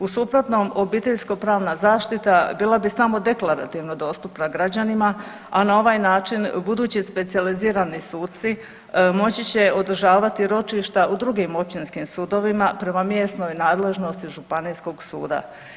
U suprotnom obiteljsko pravna zaštita bila bi samo deklarativno dostupna građanima, a na ovaj način budući specijalizirani suci moći će održavati ročišta u drugim općinskim sudovima prema mjesnoj nadležnosti županijskog suda.